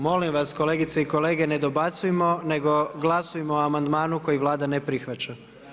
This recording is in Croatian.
Molim vas kolegice i kolege ne dobacujmo nego glasujmo o amandmanu koji Vlada ne prihvaća.